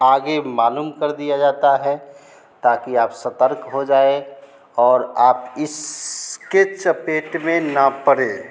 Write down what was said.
आगे मालूम कर दिया जाता है ताकि आप सतर्क हो जाएँ और आप इस के चपेट में ना पड़ें